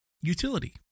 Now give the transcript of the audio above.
Utility